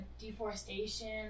deforestation